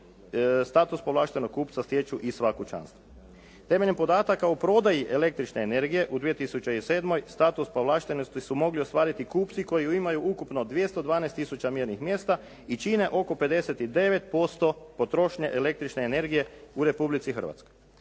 status povlaštenog kupca stječu i sva kućanstva. Temeljem podataka o prodaji električne energije u 2007. status povlaštenosti su mogli ostvariti kupci koji imaju ukupno 212 tisuća mjernih mjesta i čine oko 59% potrošnje električne energije u Republici Hrvatskoj.